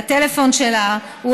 הטלפון שלה הוא